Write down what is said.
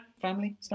family